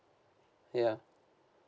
ya